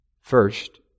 First